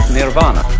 Nirvana